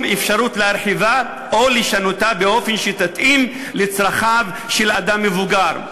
אפשרות להרחיבה או לשנותה באופן שתתאים לצרכיו של אדם מבוגר,